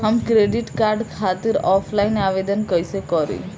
हम credit card खातिर offline आवेदन कइसे करि?